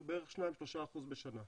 שהוא בערך 3%-2% בשנה.